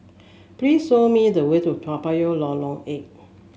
please show me the way to Toa Payoh Lorong Eight